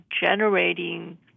generating